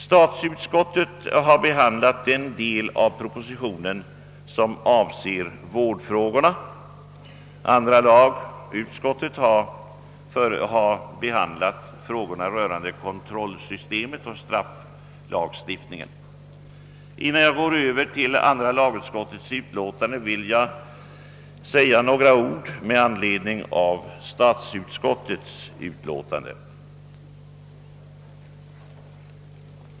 Statsutskottet har behandlat den del av propositionen som avser vårdfrågorna, och andra lagutskottet har behandlat frågorna rörande kontrollsystemet och strafflagstiftningen. Innan jag övergår till att kommentera andra lagutskottets utlåtande vill jag säga några ord om statsutskottets.